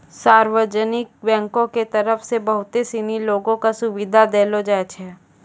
सार्वजनिक बैंको के तरफ से बहुते सिनी लोगो क सुविधा देलो जाय छै